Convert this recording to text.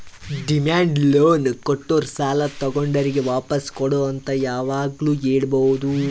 demand loan ಕೊಟ್ಟೋರು ಸಾಲ ತಗೊಂಡೋರಿಗ್ ವಾಪಾಸ್ ಕೊಡು ಅಂತ್ ಯಾವಾಗ್ನು ಕೇಳ್ಬಹುದ್